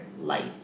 life